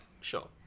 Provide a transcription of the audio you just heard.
Sure